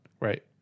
Right